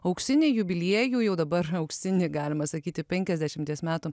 auksinį jubiliejų jau dabar auksinį galima sakyti penkiasdešimties metų